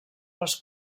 les